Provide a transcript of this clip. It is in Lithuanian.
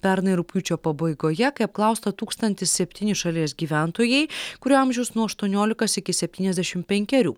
pernai rugpjūčio pabaigoje kai apklausta tūkstantis septyni šalies gyventojai kurių amžius nuo aštuoniolikas iki septyniasdešim penkerių